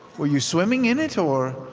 were you swimming in it, or?